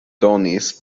donis